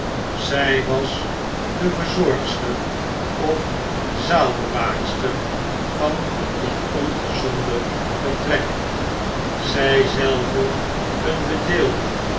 zij was de verzorgster of zaalbewaalster van dat ongezonde vertrek zjj zelve een bedeelde